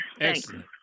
Excellent